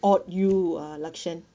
awed you uh lakshen